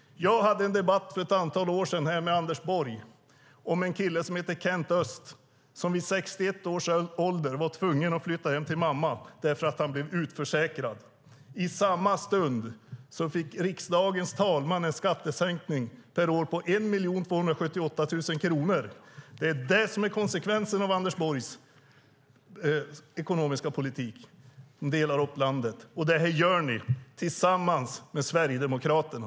Jag hade en debatt för ett antal år sedan med Anders Borg om en kille som heter Kent Öst. Vid 61 års ålder var han tvungen att flytta hem till mamma för att han blev utförsäkrad. I samma stund fick riksdagens talman en skattesänkning per år med 1 278 000 kronor. Det är konsekvensen av Anders Borgs ekonomiska politik. Ni delar upp landet, och det gör ni tillsammans med Sverigedemokraterna.